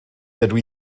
dydw